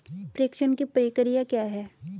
प्रेषण की प्रक्रिया क्या है?